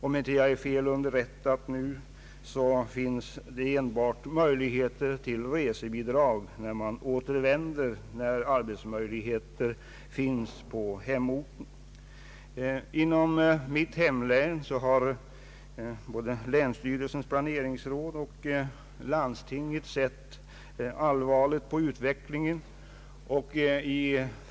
Om jag inte är felunderrättad kan man endast få resebidrag, när man återvänder till nya arbetsmöjligheter på hemorten. Inom mitt hemlän har både länsstyrelsens planeringsråd och landstinget sett allvarligt på utvecklingen.